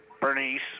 Bernice